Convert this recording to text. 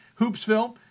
hoopsville